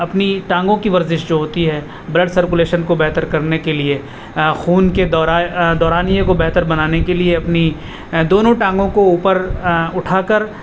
اپنی ٹانگوں کی ورزش جو ہوتی ہے بلڈ سرکولیشن کو بہتر کرنے کے لیے خون کے دوران کو بہتر بنانے کے لیے اپنی دونوں ٹانگوں کو اوپر اٹھا کر